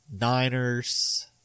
Niners